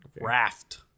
Raft